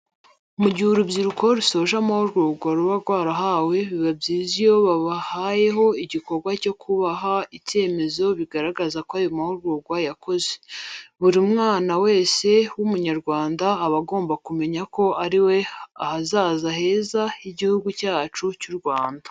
Mu gihe urubyiruko rusoje amahugurwa ruba rwarahawe, biba byiza iyo habayeho igikorwa cyo kubaha ibyemezo bigaragaza ko ayo mahugurwa bayakoze. Buri mwana wese w'Umunyarwanda aba agomba kumenya ko ari we hazaza heza h'Igihugu cyacu cy'u Rwanda.